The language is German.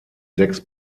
sechs